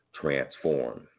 transform